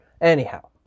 Anyhow